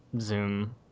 zoom